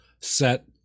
set